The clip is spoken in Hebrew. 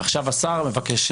עכשיו השר מבקש.